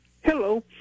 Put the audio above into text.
Hello